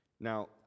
Now